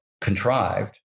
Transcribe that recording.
contrived